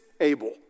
able